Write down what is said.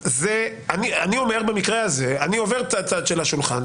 הזה אני עובר לצד אחר של השולחן,